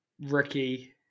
Ricky